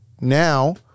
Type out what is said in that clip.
now